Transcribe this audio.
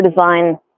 design